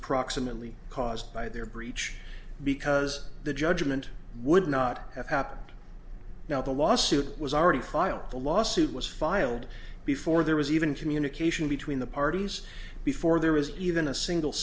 proximately caused by their breach because the judgment would not have happened now the lawsuit was already filed the lawsuit was filed before there was even communication between the parties before there was even a single